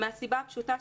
מן הסיבה הפשוטה,